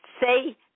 say